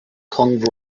kong